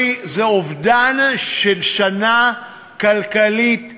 זה אובדן של שנה כלכלית שלמה,